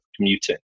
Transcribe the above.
commuting